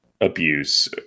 abuse